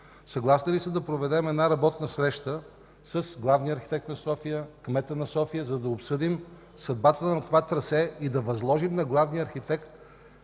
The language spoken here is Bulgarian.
Съгласни ли сте да проведем работна среща с главния архитект на София и кмета на София, за да обсъдим съдбата на това трасе и да възложим на главния архитект